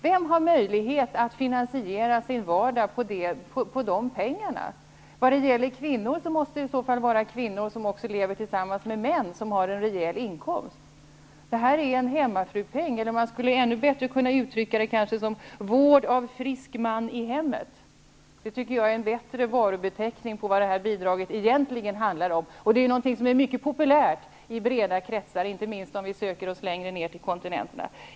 Vem har möjlighet att finansiera sin vardag med de pengarna? Vad gäller kvinnor, måste de i så fall leva tillsammans med män som har en rejäl inkomst. Detta är en hemmafrupeng, eller en ersättning för ''vård av frisk man i hemmet'' -- det är en bättre varubeteckning för vad det här bidraget egentligen handlar om. Det är någonting som är mycket populärt i breda kretsar, inte minst längre ned på kontinenten.